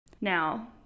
Now